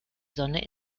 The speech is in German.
sonne